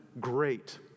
great